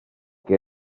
que